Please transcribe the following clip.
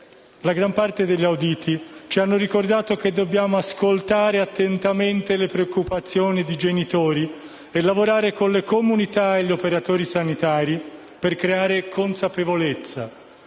La gran parte degli auditi ci ha ricordato che dobbiamo ascoltare attentamente le preoccupazioni dei genitori e lavorare con le comunità e gli operatori sanitari per creare consapevolezza,